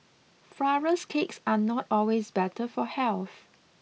flourless cakes are not always better for health